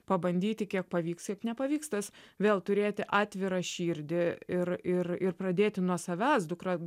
pabandyti kiek pavyks kiek nepavyks tas vėl turėti atvirą širdį ir ir ir pradėti nuo savęs dukra